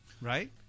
right